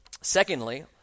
Secondly